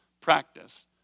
practice